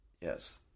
Yes